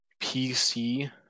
PC